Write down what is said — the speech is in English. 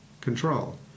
control